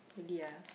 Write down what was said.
really